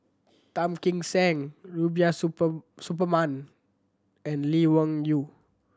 Tan Kim Seng Rubiah Super Suparman and Lee Wung Yew